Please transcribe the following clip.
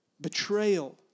betrayal